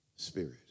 Spirit